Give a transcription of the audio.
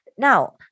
Now